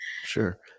sure